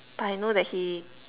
but I know that he